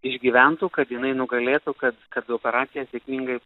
išgyventų kad jinai nugalėtų kad kad operacija sėkmingai